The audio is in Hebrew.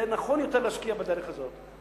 זה נכון יותר להשקיע בדרך הזאת,